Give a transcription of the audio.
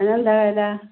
അതിനെന്താണ് വില